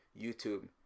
YouTube